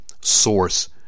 source